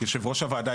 יושב-ראש הוועדה,